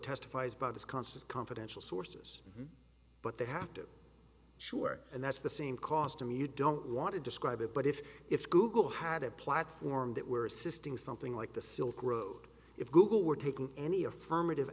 testify about this constant confidential sources but they have to sure and that's the same cost to me you don't want to describe it but if if google had a platform that were assisting something like the silk road if google were taking any affirmative